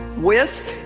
with